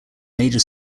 major